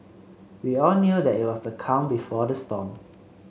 we all knew that it was the calm before the storm